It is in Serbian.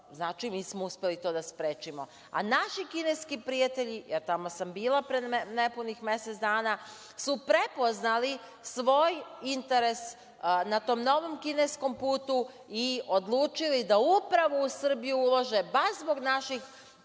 Znači, mi smo uspeli to da sprečimo. Naši kineski prijatelji, jer tamo sam bila pre nepunih mesec dana su prepoznali svoj interes na tom novom kineskom putu i odlučili da upravo u Srbiju ulože baš zbog naših